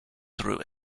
through